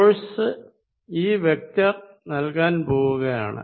force ഈ vector നൽകാൻ പോകുകയാണ്